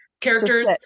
characters